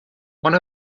one